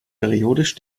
periodisch